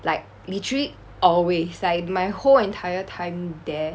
like literally always like my whole entire time there